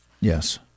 Yes